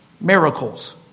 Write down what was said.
Miracles